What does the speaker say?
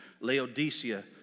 Laodicea